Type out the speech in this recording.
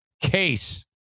case